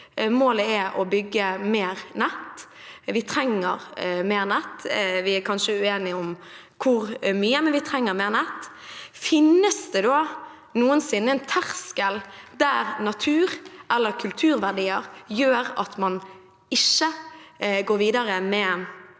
målet er å bygge mer nett. Vi trenger mer nett. Vi er kanskje uenige om hvor mye, men vi trenger mer nett. Finnes det da noensinne en terskel der natureller kulturverdier gjør at man ikke går videre med